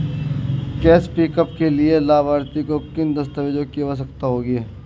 Cash pickup के लिए लाभार्थी को किन दस्तावेजों की आवश्यकता होगी?